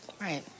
Right